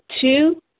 two